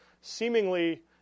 seemingly